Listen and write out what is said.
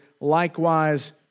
likewise